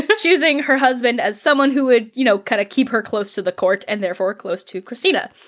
but choosing her husband as someone who would, you know, kind of keep her close to the court and therefore close to kristina.